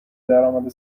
درآمد